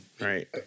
right